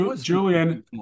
Julian